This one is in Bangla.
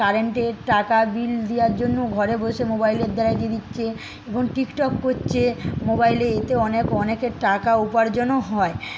কারেন্টের টাকা বিল দেওয়ার জন্য ঘরে বসে মোবাইলের দ্বারাই দিয়ে দিচ্ছে এবং টিকটক করছে মোবাইলে এতেও অনেক অনেকে টাকা উপার্জনও হয়